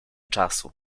czasu